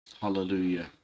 Hallelujah